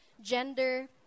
gender